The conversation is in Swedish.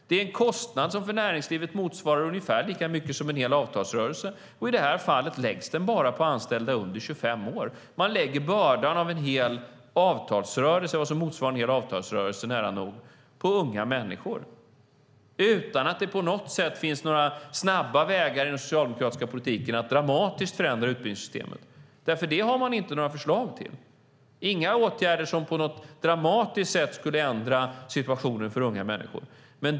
Det är en kostnad som för näringslivet motsvarar ungefär lika mycket som en hel avtalsrörelse, och i detta fall läggs den bara på anställda under 25 år. Man lägger bördan av vad som motsvarar nära nog en hel avtalsrörelse på unga människor, utan att det på något sätt finns några snabba vägar i den socialdemokratiska politiken att dramatiskt förändra utbildningssystemet. Det har man inte några förslag till, inga åtgärder som på ett dramatiskt sätt skulle ändra situationen för unga människor.